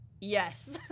yes